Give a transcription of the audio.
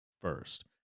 first